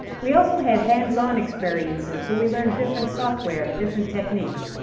we also had hands-on experiences, where we learned different software and different techniques.